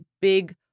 big